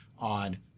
on